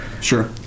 sure